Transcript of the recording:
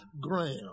ground